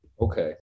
okay